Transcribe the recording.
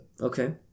Okay